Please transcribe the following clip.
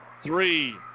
three